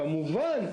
כמובן,